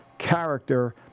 character